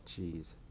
Jeez